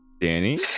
Danny